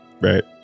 Right